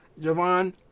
Javon